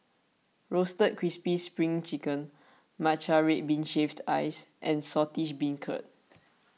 Roasted Crispy Spring Chicken Matcha Red Bean Shaved Ice and Saltish Beancurd